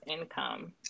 income